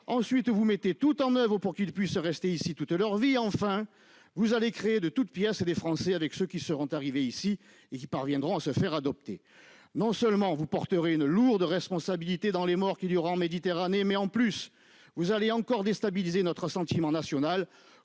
ensuite vous mettez tout en oeuvre ou pour qu'il puisse rester ici toute leur vie, enfin vous allez créer de toutes pièces et des Français, avec ceux qui seront arrivés ici et qui parviendront à se faire adopter, non seulement vous porterez une lourde responsabilité dans les morts qu'il y aura en Méditerranée, mais en plus vous allez encore déstabiliser notre sentiment national,